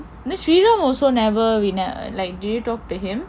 suren also never like do you talk to him